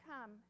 come